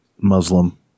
Muslim